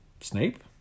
Snape